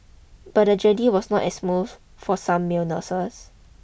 but the journey was not as smooth for some male nurses